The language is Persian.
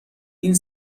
این